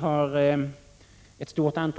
frågor - taget går. mim.